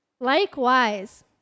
Likewise